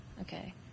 Okay